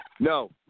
No